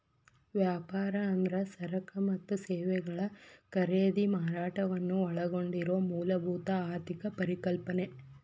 ವ್ಯಾಪಾರ ಅಂದ್ರ ಸರಕ ಮತ್ತ ಸೇವೆಗಳ ಖರೇದಿ ಮಾರಾಟವನ್ನ ಒಳಗೊಂಡಿರೊ ಮೂಲಭೂತ ಆರ್ಥಿಕ ಪರಿಕಲ್ಪನೆ